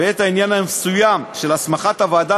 ואת העניין המסוים של הסמכת הוועדה